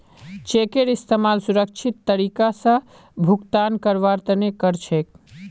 चेकेर इस्तमाल सुरक्षित तरीका स भुगतान करवार तने कर छेक